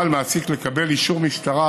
קובע חובה על מעסיק לקבל אישור מהמשטרה